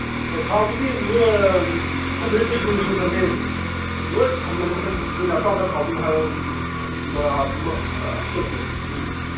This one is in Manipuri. ꯍꯣꯏ ꯊꯥꯎꯗꯨꯗꯤ ꯊꯝꯕꯨꯗꯤ ꯂꯣꯏ ꯁꯨꯅ ꯊꯝꯃꯦ ꯂꯣꯏ ꯊꯝꯕꯅꯦ ꯃꯈꯟ ꯅꯣꯏꯅ ꯑꯄꯥꯝꯕ ꯊꯥꯎꯗꯣ ꯑꯗꯨꯝ ꯍꯥꯏꯔꯛꯑꯣ ꯑꯗꯨꯝ ꯍꯥꯞꯆꯤꯜꯂꯛꯀꯦ ꯎꯝ